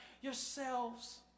yourselves